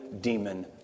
demon